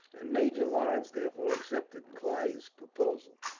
and major lawrence therefore accepted clive's proposal.